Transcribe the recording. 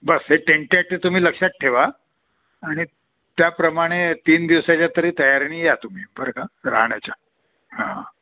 बस हे टेनटेट तुम्ही लक्षात ठेवा आणि त्याप्रमाणे तीन दिवसाच्या तरी तयारीने या तुम्ही बरं का राहण्याच्या हां